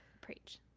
preach